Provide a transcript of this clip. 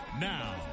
Now